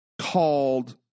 called